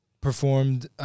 performed